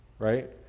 Right